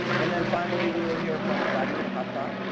and then finally we will hear from sayeed hassan,